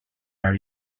are